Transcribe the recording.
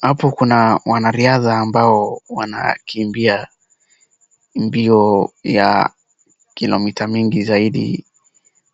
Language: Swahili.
Hapo kuna wanariadha ambao wanakimbia mbio ya kilomita mingi zaidi.